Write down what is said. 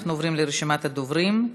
אנחנו עוברים לרשימת הדוברים.